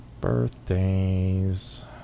birthdays